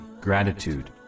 gratitude